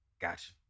Gotcha